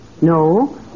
No